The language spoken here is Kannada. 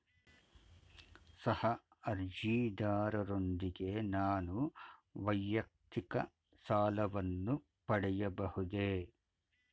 ಸಹ ಅರ್ಜಿದಾರರೊಂದಿಗೆ ನಾನು ವೈಯಕ್ತಿಕ ಸಾಲವನ್ನು ಪಡೆಯಬಹುದೇ?